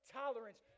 tolerance